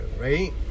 right